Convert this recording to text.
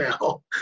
now